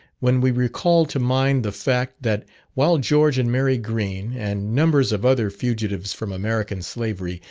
when we recall to mind the fact, that while george and mary green, and numbers of other fugitives from american slavery,